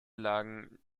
lagen